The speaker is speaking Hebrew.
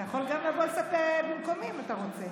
אתה יכול גם לבוא לספר במקומי אם אתה רוצה.